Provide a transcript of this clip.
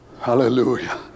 Hallelujah